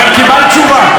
אבל קיבלת תשובה.